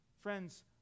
Friends